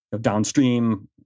downstream